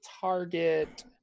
target